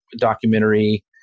documentary